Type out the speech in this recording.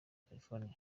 california